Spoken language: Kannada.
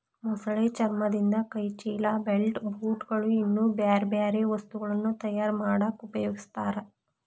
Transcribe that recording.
ಮೊಸಳೆ ಚರ್ಮದಿಂದ ಕೈ ಚೇಲ, ಬೆಲ್ಟ್, ಬೂಟ್ ಗಳು, ಇನ್ನೂ ಬ್ಯಾರ್ಬ್ಯಾರೇ ವಸ್ತುಗಳನ್ನ ತಯಾರ್ ಮಾಡಾಕ ಉಪಯೊಗಸ್ತಾರ